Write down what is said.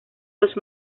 los